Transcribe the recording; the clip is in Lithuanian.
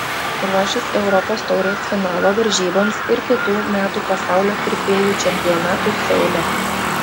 ruošis europos taurės finalo varžyboms ir kitų metų pasaulio kirpėjų čempionatui seule